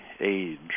age